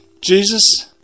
Jesus